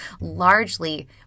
largely